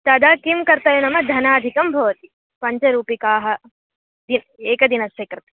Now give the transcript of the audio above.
तदा किं कर्तव्यं नाम धनादिकं भवति पञ्चरूपिकाः ए एकदिनस्य कृते